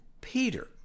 Peter